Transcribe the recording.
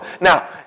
Now